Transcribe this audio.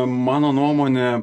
mano nuomone